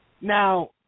Now